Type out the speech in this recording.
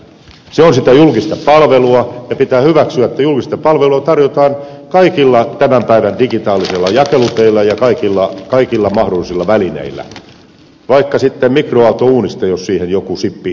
se on sitä julkista palvelua ja pitää hyväksyä että julkista palvelua tarjotaan kaikilla tämän päivän digitaalisilla jakeluteillä ja kaikilla mahdollisilla välineillä vaikka sitten mikroaaltouunista jos siihen joku chippi asennettaan